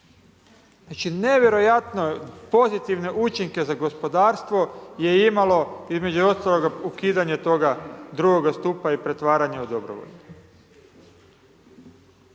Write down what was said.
Znači nevjerojatno pozitivne učinke za gospodarstvo je imalo između ostaloga ukidanje toga drugoga stupa i pretvaranje u dobrovoljno.